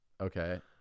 Okay